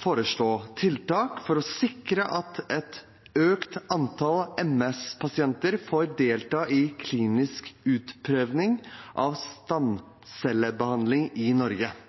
foreslå tiltak for å sikre at et økt antall MS-pasienter får delta i klinisk utprøving av stamcellebehandling i Norge, og informere Stortinget på egnet måte.»